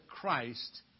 Christ